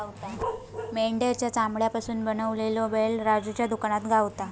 मेंढ्याच्या चामड्यापासून बनवलेलो बेल्ट राजूच्या दुकानात गावता